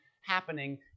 happening